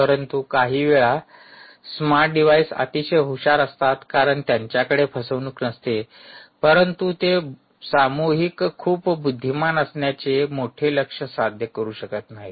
परंतु काही वेळा स्मार्ट डिव्हाइस अतिशय हुशार असतात कारण त्यांच्याकडे फसवणूक नसते परंतु ते सामूहिक खूप बुद्धिमान असण्याचे मोठे लक्ष्य साध्य करू शकत नाहीत